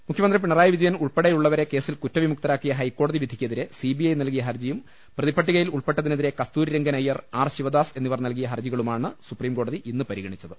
മുഖ്യമന്ത്രി പിണറായി പിജയൻ ഉൾപ്പെടെയുള്ളവരെ കേസിൽ കുറ്റവിമുക്തരാക്കിയ ഹൈക്കോടുതി വിധിക്കെതിരെ സിബിഐ നൽകിയ ഹർജിയും പ്രതിപട്ടികയിൽ ഉൾപ്പെട്ടതിനെ തിരെ കസ്തൂരിരംഗൻ അയ്യർ ആർ ശിവദാസ് എന്നിവർ നൽകിയ ഹർജികളുമാണ് സുപ്രീംകോടതി ഇന്ന് പരിഗണിച്ചത്